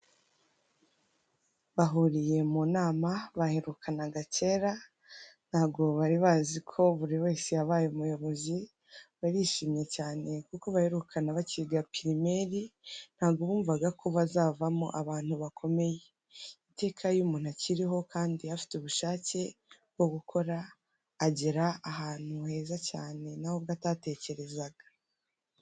Bahuriye mu nama baherukanaga kera ntago bari bazi ko buri wese yabaye umuyobozi, barishimye cyane kuko baherukana bakiga pirimeri ntago bumvaga ko bazavamo abantu bakomeye. Iteka iyo umuntu akiriho kandi afite ubushake bwo gukora, agera ahantu heza cyane nawe ubwo atatekerezaga.